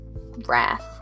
wrath